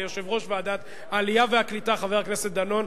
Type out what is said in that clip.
ליושב-ראש ועדת העלייה והקליטה חבר הכנסת דנון,